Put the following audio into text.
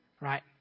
right